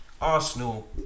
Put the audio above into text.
Arsenal